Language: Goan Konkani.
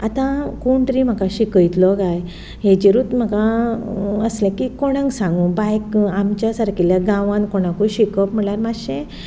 आतां कोण तरी म्हाका शिकयतलो गाय हाजेरूत म्हाका आसलें की कोणाक सांगूं बायक आमच्या सारकेल्या गांवांन कोणाकूय शिकप म्हटल्यार मातशें